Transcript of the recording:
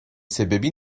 sebebi